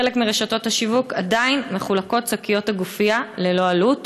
בחלק מרשתות השיווק עדיין מחולקות שקיות הגופייה ללא עלות.